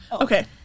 Okay